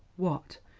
what,